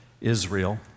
Israel